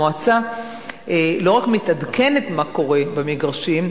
המועצה לא רק מתעדכנת במה שקורה במגרשים,